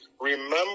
remember